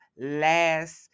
last